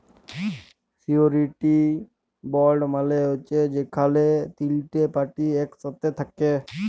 surety bond মালে হছে যেখালে তিলটে পার্টি ইকসাথে থ্যাকে